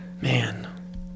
Man